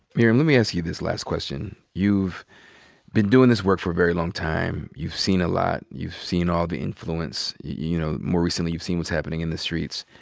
miriam, let me ask you this last question. you've been doing this work for a very long time. you've seen a lot. you've seen all the influence. you know more recently, you've seen what's happening in the streets.